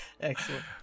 excellent